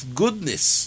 goodness